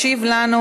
ישיב לנו,